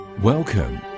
Welcome